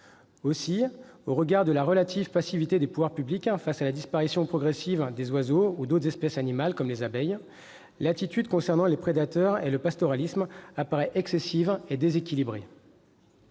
Aussi, au regard de la relative passivité des pouvoirs publics face à la disparition progressive des oiseaux ou d'autres espèces animales comme les abeilles, leur attitude concernant les prédateurs et le pastoralisme apparaît-elle excessive et déséquilibrée.